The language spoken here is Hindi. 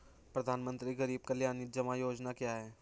प्रधानमंत्री गरीब कल्याण जमा योजना क्या है?